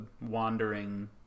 wandering